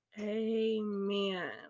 Amen